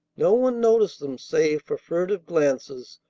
no one noticed them save for furtive glances,